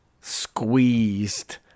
squeezed